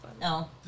No